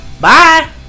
Bye